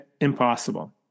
impossible